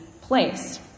place